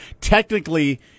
Technically